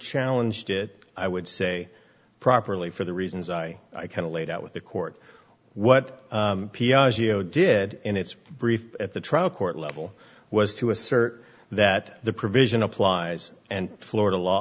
challenged it i would say properly for the reasons i kind of laid out with the court what piaggio did in its brief at the trial court level was to assert that the provision applies and florida law